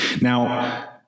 Now